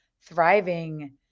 thriving